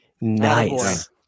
Nice